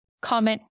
comment